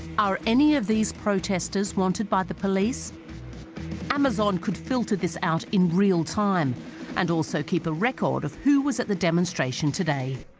are any of these protestors wanted by the police amazon could filter this out in real-time and also keep a record of who was at the demonstration today